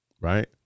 Right